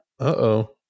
Uh-oh